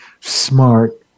Smart